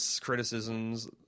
criticisms